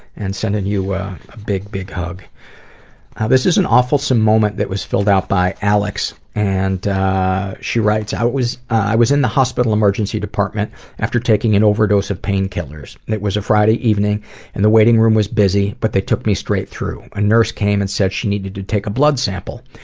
and sending you a big, big hug. now this is an awfulsome moment that was filled out by alex and she writes i was in the hospital emergency department after taking an overdose of painkillers. it was a friday evening and the waiting room was busy but they took me straight through. a nurse came and said she needed to take a blood sample.